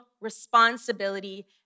responsibility